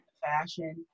fashion